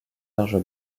large